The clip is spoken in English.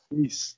Peace